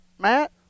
Matt